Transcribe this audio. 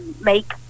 make